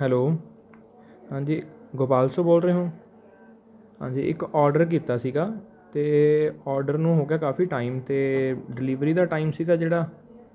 hello ਹਾਂਜੀ ਗੋਪਾਲ ਸੂਹ ਬੋਲ ਰਹੋ ਹੋ ਹਾਂਜੀ ਇੱਕ ਔਡਰ ਕੀਤਾ ਸੀਗਾ ਅਤੇ ਔਡਰ ਨੂੰ ਹੋ ਗਿਆ ਕਾਫ਼ੀ ਟਾਇਮ ਅਤੇ ਡਿਲੀਵਰੀ ਦਾ ਟਾਇਮ ਸੀਗਾ ਜਿਹੜਾ